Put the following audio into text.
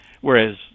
Whereas